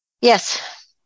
Yes